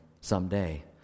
someday